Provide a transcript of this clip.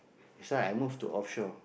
that's why I move to offshore